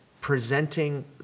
presenting